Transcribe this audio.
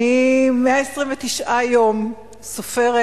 129 יום אני סופרת,